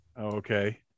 Okay